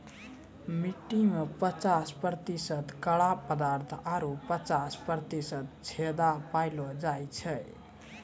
मट्टी में पचास प्रतिशत कड़ा पदार्थ आरु पचास प्रतिशत छेदा पायलो जाय छै